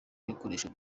ibikoresho